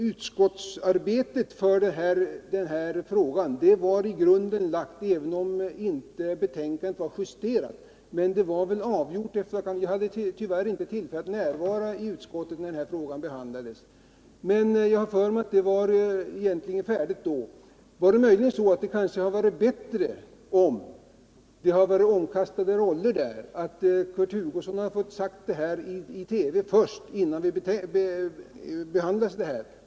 Utskottsarbetet i denna fråga var väl vid det laget i grunden klart, även om betänkandet inte var justerat. Tyvärr hade jag inte tillfälle att närvara i utskottet när detta ärende behandlades, men jag tror alltså att betänkandet vara färdigt. Det hade kanske varit bättre om det varit omkastade roller, att Kurt Hugoson först hade fått säga detta i TV innan det behandlades här.